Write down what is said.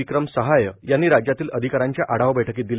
विक्रम सहाय यांनी राज्यामधील अधिका यांच्या आढावा बैठकीत दिले